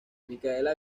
micaela